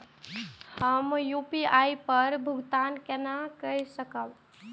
हम यू.पी.आई पर भुगतान केना कई सकब?